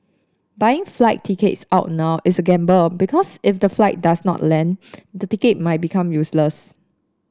buying flight tickets out now is a gamble because if the flight does not land the ticket might become useless